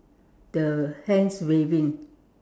the hands waving